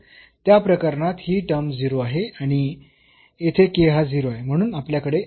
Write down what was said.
तर त्या प्रकरणात ही टर्म 0 आहे आणि येथे k हा 0 आहे